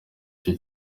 cyo